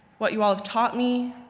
what you all have taught me,